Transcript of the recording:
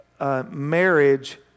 Marriage